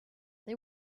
they